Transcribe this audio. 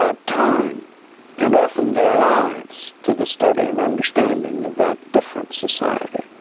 ah time and often their lives to the study and understanding of that different society.